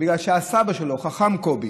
בגלל שהסבא שלו חכם קובי